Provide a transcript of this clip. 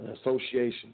association